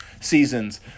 seasons